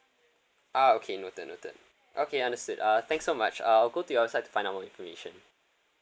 ah okay noted noted okay understood uh thanks so much uh I'll go to your website to find out more information